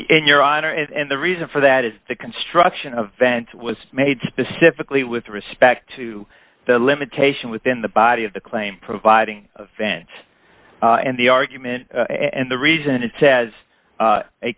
in your honor and the reason for that is the construction of vents was made specifically with respect to the limitation within the body of the claim providing a vent and the argument and the reason it says a